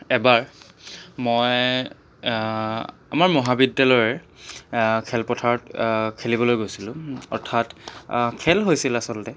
এবাৰ মই আমাৰ মহাবিদ্যালয়ৰ খেলপথাৰত খেলিবলৈ গৈছিলোঁ অৰ্থাত খেল হৈছিল আচলতে